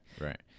Right